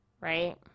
right